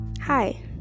Hi